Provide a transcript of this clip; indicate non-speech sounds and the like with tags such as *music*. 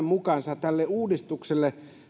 *unintelligible* mukaan tälle uudistukselle